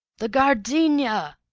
the gardenia!